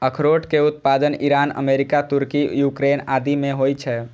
अखरोट के उत्पादन ईरान, अमेरिका, तुर्की, यूक्रेन आदि मे होइ छै